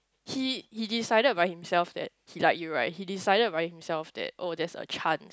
he he decided by himself that he like you right he decided by himself that oh there's a chance